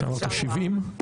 אמרת 70?